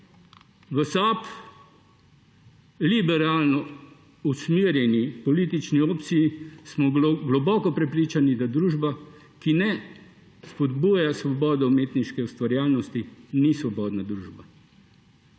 V SAB, liberalno usmerjeni politični opciji, smo globoko prepričani, da družba, ki ne spodbuja svobode umetniške ustvarjalnosti, ni svobodna družba.